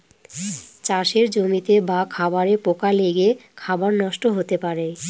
চাষের জমিতে বা খাবারে পোকা লেগে খাবার নষ্ট হতে পারে